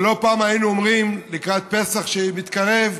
לא פעם היינו אומרים לקראת פסח המתקרב: